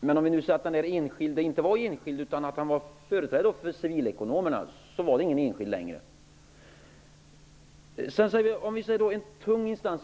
Men låt säga att denne enskilde var företrädare för civilekonomerna. Då skulle han inte längre vara enskild.